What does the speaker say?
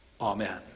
Amen